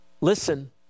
Listen